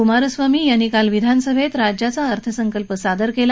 कुमारस्वामी यांनी काल विधानसभेत राज्याचा अर्थसंकल्प सादर केला